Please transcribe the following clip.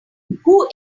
who